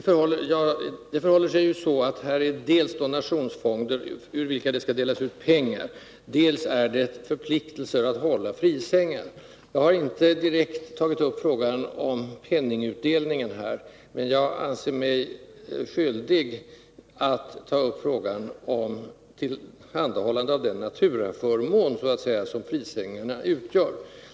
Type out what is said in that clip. Fru talman! Det här gäller dels donationsfonder, ur vilka det skall delas ut pengar, dels förpliktelser att hålla frisängar. Jag har inte speciellt tagit upp frågan om penningutdelningen, men jag anser mig skyldig att ta upp frågan om tillhandahållande av den naturaförmån som frisängarna utgör.